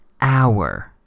hour